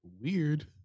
Weird